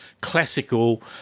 classical